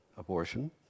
abortion